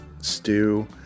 stew